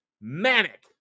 manic